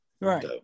Right